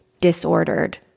disordered